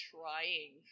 trying